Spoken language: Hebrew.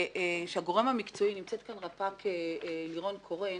שהגורם המקצועי נמצאת כאן רפ"ק לירון קורן,